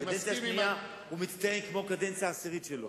בקדנציה השנייה הוא מצטיין כמו בקדנציה עשירית שלו.